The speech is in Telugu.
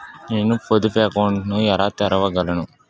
నేను పొదుపు అకౌంట్ను ఎలా తెరవగలను?